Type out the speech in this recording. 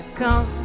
come